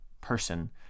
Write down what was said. person